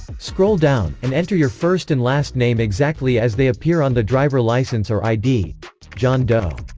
scroll down, and enter your first and last name exactly as they appear on the driver license or id john doe